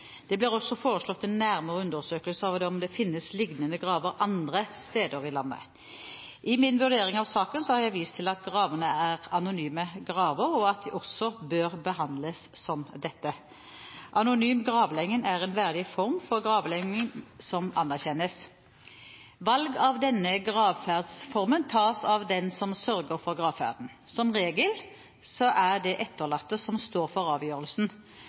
Det blir også foreslått en nærmere undersøkelse av om det finnes lignende graver andre steder i landet. I min vurdering av saken har jeg vist til at gravene er anonyme graver, og at de også bør behandles som dette. Anonym gravlegging er en verdig form for gravlegging som anerkjennes. Valg av denne gravferdsformen tas av den som sørger for gravferden. Som regel er det etterlatte som står for avgjørelsen.